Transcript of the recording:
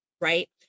right